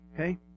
Okay